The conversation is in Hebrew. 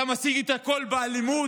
אתה משיג את הכול באלימות?